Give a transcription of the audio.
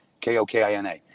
K-O-K-I-N-A